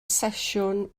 sesiwn